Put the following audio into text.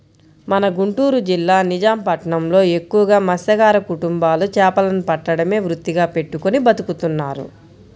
మన గుంటూరు జిల్లా నిజాం పట్నంలో ఎక్కువగా మత్స్యకార కుటుంబాలు చేపలను పట్టడమే వృత్తిగా పెట్టుకుని బతుకుతున్నారు